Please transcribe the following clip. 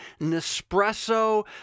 nespresso